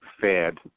fed